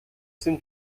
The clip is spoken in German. sind